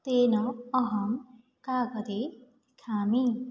तेन अहं कागदे लिखामि